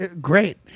Great